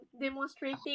demonstrating